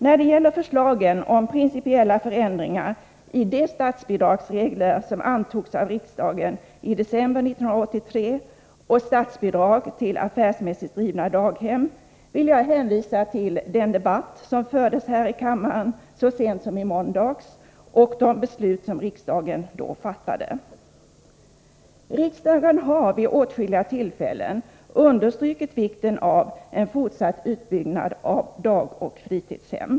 När det gäller förslagen om principiella förändringar i de statsbidragsregler som antogs av riksdagen i december 1983 och statsbidrag till affärsmässigt drivna daghem vill jag hänvisa till den debatt som fördes här i kammaren så sent som i måndags och de beslut som riksdagen då fattade. Riksdagen har vid åtskilliga tillfällen understrukit vikten av en fortsatt utbyggnad av dagoch fritidshem.